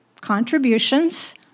contributions